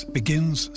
begins